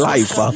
Life